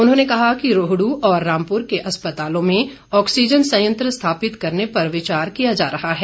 उन्होंने कहा कि रोहडू और रामपुर के अस्पतालों में ऑक्सीजन संयंत्र स्थापित करने पर विचार किया जा रहा है